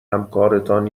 همکارتان